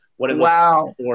Wow